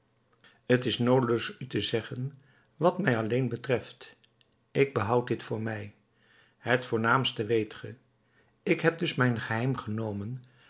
t is noodeloos u te zeggen wat mij alleen betreft ik behoud dit voor mij het voornaamste weet ge ik heb dus mijn geheim genomen